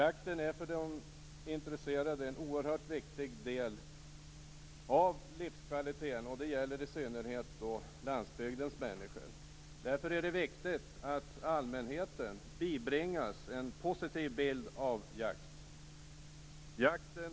Jakten är för de intresserade en oerhört viktig del av livskvaliteten, och det gäller i synnerhet landsbygdens människor. Därför är det viktigt att allmänheten bibringas en positiv bild av jakt.